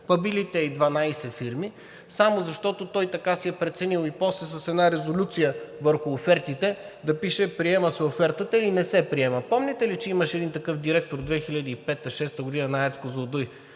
били те и 12 фирми, само защото той така си е преценил, и после с една резолюция върху офертите да пише: „Приема се офертата“ или „Не се приема“. Помните ли, че имаше един такъв директор 2005 – 2006 г. на АЕЦ „Козлодуй“,